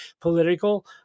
political